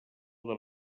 del